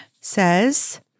says